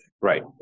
Right